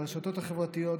ברשתות חברתיות,